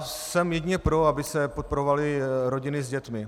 Jsem jedině pro, aby se podporovaly rodiny s dětmi.